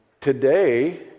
today